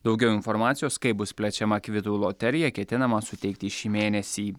daugiau informacijos kaip bus plečiama kvitų loterija ketinama suteikti šį mėnesį